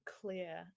clear